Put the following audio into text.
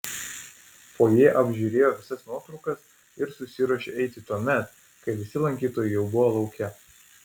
fojė apžiūrėjo visas nuotraukas ir susiruošė eiti tuomet kai visi lankytojai jau buvo lauke